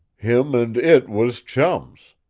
him and it was chums.